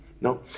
No